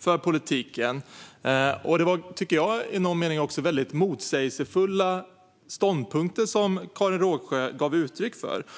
för politiken. Jag tycker att det i någon mening också var motsägelsefulla ståndpunkter som Karin Rågsjö gav uttryck för här.